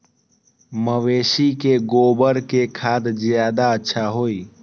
मवेसी के गोबर के खाद ज्यादा अच्छा होई?